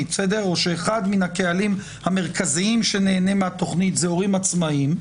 או שאחד מן הקהלים המרכזיים שנהנה מהתוכנית זה הורים עצמאיים.